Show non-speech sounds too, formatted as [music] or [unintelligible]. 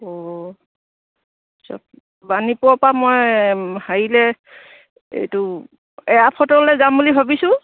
অঁ [unintelligible] বাণীপুৰপৰা মই হেৰিলৈ এইটো এআৰপৰ্টলৈ যাম বুলি ভাবিছোঁ